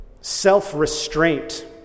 self-restraint